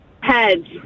Heads